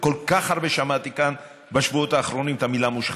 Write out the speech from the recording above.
כל כך הרבה שמעתי כאן בשבועות האחרונים את המילה "מושחתים".